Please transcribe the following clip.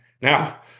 Now